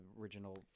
original